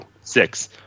Six